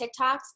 tiktoks